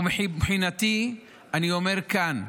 ומבחינתי אני אומר כאן: